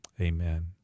amen